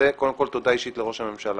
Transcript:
אז קודם כול תודה אישית לראש הממשלה.